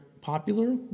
popular